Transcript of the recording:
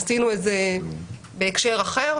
עשינו את זה בהקשר אחר,